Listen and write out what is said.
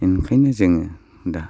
ओंखायनो जोङो दा